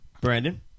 Brandon